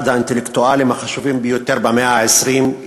אחד האינטלקטואלים החשובים ביותר במאה ה-20,